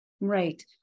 Right